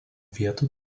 vietų